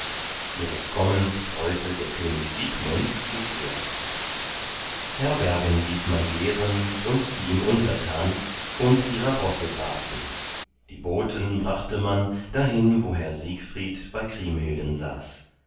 ihres kommens freute der könig siegmund sich sehr herbergen ließ man geren und die ihm untertan und ihrer rosse warten die boten brachte man dahin wo herr siegfried bei kriemhilden saß